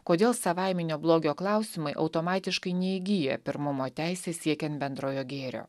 kodėl savaiminio blogio klausimai automatiškai neįgyja pirmumo teisės siekiant bendrojo gėrio